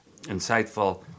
insightful